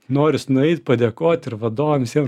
noris nueit padėkot ir vadovam visiem